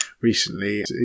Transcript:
recently